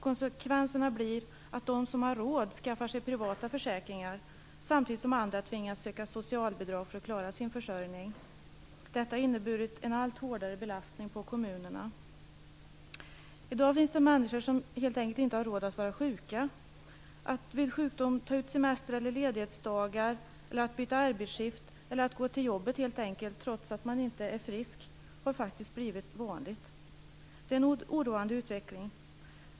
Konsekvenserna blir att de som har råd skaffar sig privata försäkringar samtidigt som andra tvingas söka socialbidrag för att klara sin försörjning. Detta har inneburit en allt hårdare belastning på kommunerna. I dag finns det människor som helt enkelt inte har råd att vara sjuka. Att vid sjukdom ta ut semester eller ledighetsdagar, byta arbetsskift eller att helt enkelt gå till jobbet trots att man inte är frisk har faktiskt blivit vanligt. Det är en oroande utveckling.